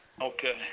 Okay